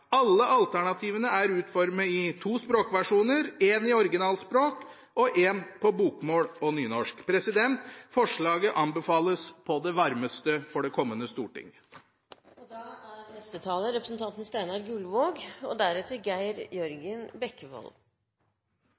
Alle alternativene er utformet i to språkversjoner: én på originalspråket og én på bokmål og nynorsk. Forslaget anbefales på det varmeste for det kommende